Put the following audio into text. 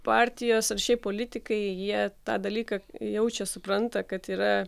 partijos ar šiaip politikai jie tą dalyką jaučia supranta kad yra